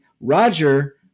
Roger